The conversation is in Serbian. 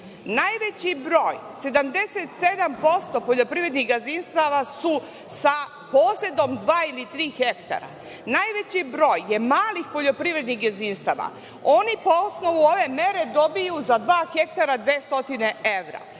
najveći broj, 77% poljoprivrednih gazdinstava su sa posedom 2 ili 3 ha, najveći broj je malih poljoprivrednih gazdinstava. Oni po osnovu ove mere dobiju za 2 ha 200 evra. Šta